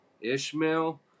Ishmael